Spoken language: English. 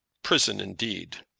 prison, indeed!